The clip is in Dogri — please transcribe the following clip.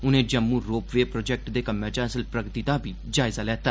उनें जम्मू रोप वे प्रोजेक्ट दे कम्मै च हासल प्रगति दा बी जायजा लैता